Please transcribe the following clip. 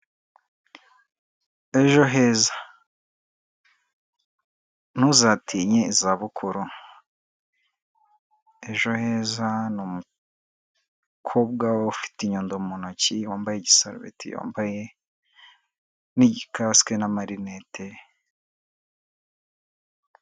Ejo heza ntuzatinye izabukuru. Ejo heza ni umukobwa ufite inyundo mu ntoki wambaye igisarubeti yambaye n'igikasike n'amarinete.